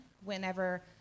whenever